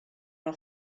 are